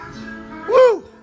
woo